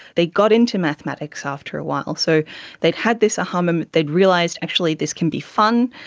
they got into mathematics after a while. so they'd had this aha moment, they'd realised actually this can be fun,